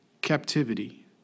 Captivity